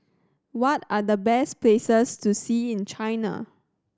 what are the best places to see in China